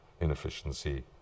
inefficiency